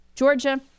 Georgia